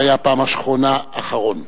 שהיה בפעם האחרונה אחרון.